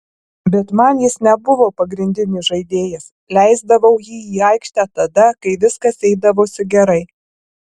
bet man jis nebuvo pagrindinis žaidėjas leisdavau jį į aikštę tada kai viskas eidavosi gerai